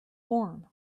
form